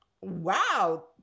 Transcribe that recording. wow